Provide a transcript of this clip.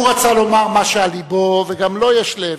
הוא רצה לומר מה שעל לבו, וגם לו יש לב.